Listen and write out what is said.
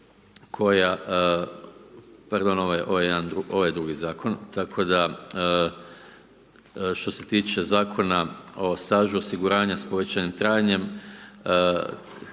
koja, pardon, ovo je drugi Zakon, tako da što se tiče Zakona o stažu osiguranja s povećanim trajanjem,